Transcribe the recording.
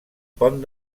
pont